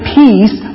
peace